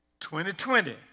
2020